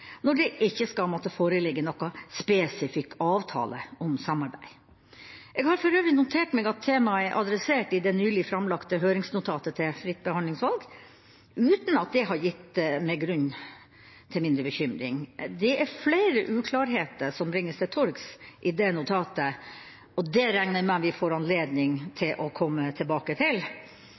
når det ikke skal måtte foreligge noen spesifikk avtale om samarbeid. Jeg har for øvrig notert meg at temaet er adressert i det nylig framlagte høringsnotatet til «Fritt behandlingsvalg», uten at det har gitt meg grunn til mindre bekymring. Det er flere uklarheter som bringes til torgs i det notatet. Det regner jeg med at vi får anledning til å komme tilbake til.